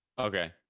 Okay